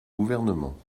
gouvernement